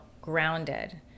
grounded